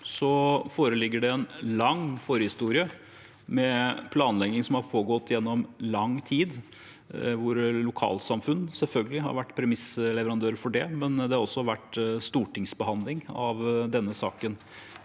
foreligger det en lang forhistorie, med planlegging som har pågått gjennom lang tid, hvor lokalsamfunn selvfølgelig har vært premissleverandører for det, men det har også vært stortingsbehandling av denne saken.